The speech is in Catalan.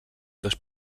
dos